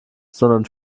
sondern